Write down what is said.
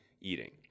eating